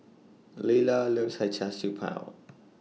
Leila loves He Char Siew Bao